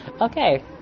Okay